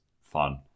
fun